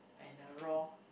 and the raw